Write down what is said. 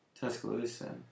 Tuscaloosa